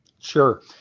Sure